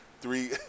three